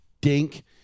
dink